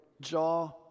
jaw